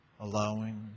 allowing